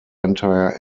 entire